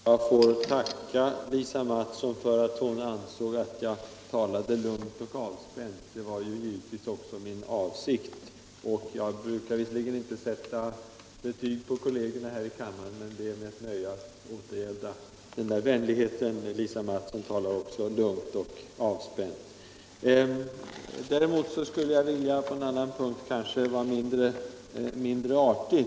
Herr talman! Jag ber att få tacka Lisa Mattson för att hon ansåg att jag talade lugnt och avspänt. Det var givetvis också min avsikt att göra det. Jag brukar inte sätta betyg på kollegerna här i kammaren, men det är mig ett nöja att återgälda vänligheten; Lisa Mattson talade också lugnt och avspänt. Däremot vill jag på en annan punkt vara litet mindre artig.